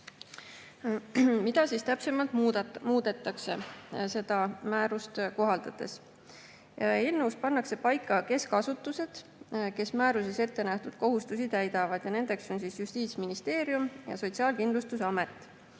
siis täpsemalt muudetakse seda määrust kohaldades? Eelnõus pannakse paika keskasutused, kes määruses ettenähtud kohustusi täidavad – nendeks on Justiitsministeerium ja Sotsiaalkindlustusamet